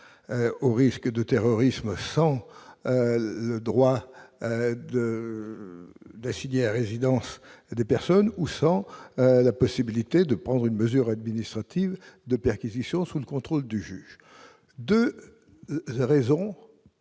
au risque de terrorisme, sans le droit d'assigner à résidence des personnes ou sans la possibilité de prendre une mesure administrative de perquisition sous le contrôle du juge ? Deux raisons